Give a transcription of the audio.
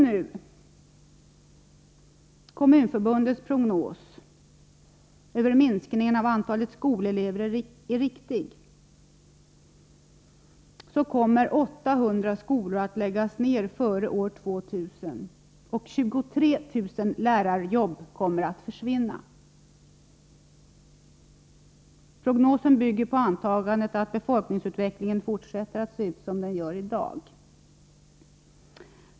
Om Kommunförbundets prognos över minskningarna av antalet skolelever är riktig, så kommer 800 skolor att läggas ned före år 2000 och 23000 lärarjobb att försvinna. Prognosen bygger på antagandet att befolkningsutvecklingen fortsätter att se ut som den gör i dag.